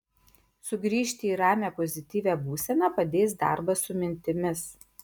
sugrįžti į ramią pozityvią būseną padės darbas su mintimis